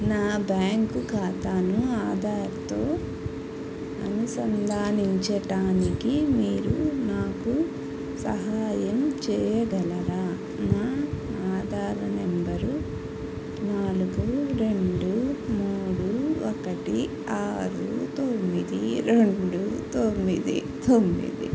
నా బ్యాంకు ఖాతాను ఆధార్తో అనుసంధానించటానికి మీరు నాకు సహాయం చేయగలరా నా ఆధార నంబరు నాలుగు రెండు మూడు ఒకటి ఆరు తొమ్మిది రెండు తొమ్మిది తొమ్మిది